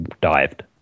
dived